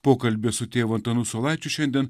pokalbis su tėvu antanu saulaičiu šiandien